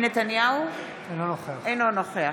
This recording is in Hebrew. נתניהו, אינו נוכח